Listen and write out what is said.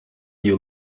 you